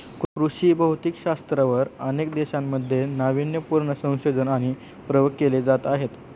कृषी भौतिकशास्त्रावर अनेक देशांमध्ये नावीन्यपूर्ण संशोधन आणि प्रयोग केले जात आहेत